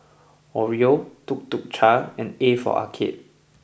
Oreo Tuk Tuk Cha and A for Arcade